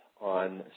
on